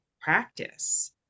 practice